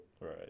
Right